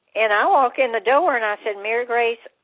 and i walk in the door and i said, mary grace,